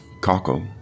cockle